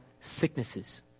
sicknesses